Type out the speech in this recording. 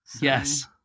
Yes